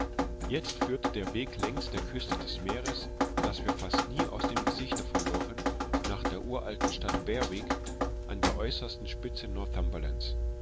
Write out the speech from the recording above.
jetzt führte der weg längs der küste des meeres das wir fast nie aus dem gesichte verloren nach der uralten stadt berwick an der äußersten spitze northumberlands